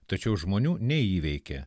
tačiau žmonių neįveikė